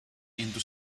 into